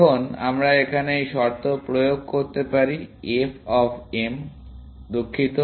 এখন আমরা এখানে এই শর্ত প্রয়োগ করতে পারি f অফ m দুঃখিত